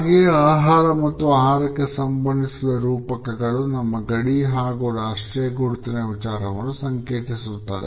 ಹಾಗೆಯೇ ಆಹಾರ ಮತ್ತು ಆಹಾರಕ್ಕೆ ಸಂಬಂಧಿಸಿದ ರೂಪಕಗಳು ನಮ್ಮ ಗಡಿ ಹಾಗೂ ರಾಷ್ಟ್ರೀಯ ಗುರುತಿನ ವಿಚಾರವನ್ನು ಸಂಕೇತಿಸುತ್ತದೆ